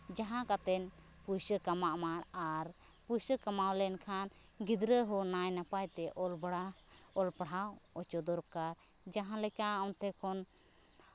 ᱡᱟᱦᱟᱸ ᱠᱟᱛᱮᱫ ᱯᱩᱭᱥᱟᱹ ᱠᱟᱢᱟᱜ ᱢᱟ ᱟᱨ ᱯᱩᱭᱥᱟᱹ ᱠᱟᱢᱟᱣ ᱞᱮᱱᱠᱷᱟᱱ ᱜᱤᱫᱽᱨᱟᱹ ᱦᱚᱸ ᱱᱟᱭ ᱱᱟᱯᱟᱭ ᱛᱮ ᱚᱞ ᱵᱟᱲᱟ ᱚᱞ ᱯᱟᱲᱦᱟᱣ ᱦᱚᱪᱚ ᱫᱚᱨᱠᱟᱨ ᱡᱟᱦᱟᱸ ᱞᱮᱠᱟ ᱚᱱᱛᱮ ᱠᱷᱚᱱ